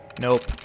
Nope